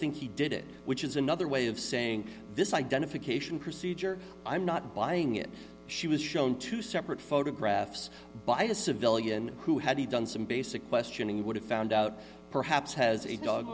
think he did it which is another way of saying this identification procedure i'm not buying it she was shown two separate photographs by a civilian who had he done some basic questioning he would have found out perhaps has a dog